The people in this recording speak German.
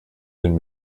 den